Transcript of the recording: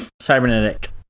cybernetic